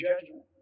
judgment